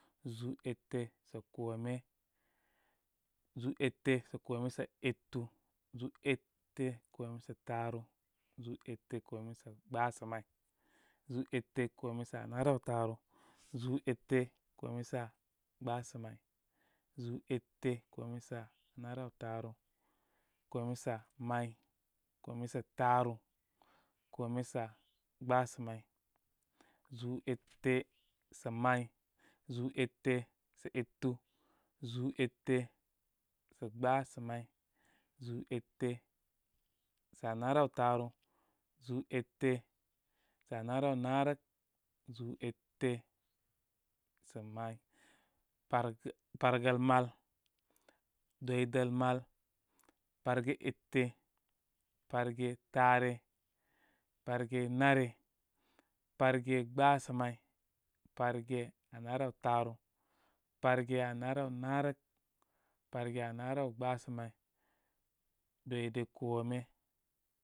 Zúú ete sa kome, zúú etesa kome sa etu, zúú ete kome sa taaru, zúú ete kome sa gbasamay, zúú ete kome sa naraw taaru, zúú etekome sa gbasa may, zúú ete kome sa naraw taaru. Komesa may, kome sa taaru, kome sa gbasa may, zúú ete sá may zúú ete sá etu, zúú ete sa gbasa may, zúú ete sa naraw taaru, zúú ete sa naraw naarək zúú ete sa may, parge, pargəl mal, dwidəl mal, parge ete, parge taare, parge nare, parge gbasamay parga anaraw taaru, parge anaraw naarək parge anarow gbasə may, du da kome.